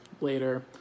later